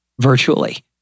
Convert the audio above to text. virtually